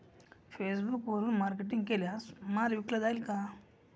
फेसबुकवरुन मार्केटिंग केल्यास माल विकला जाईल का?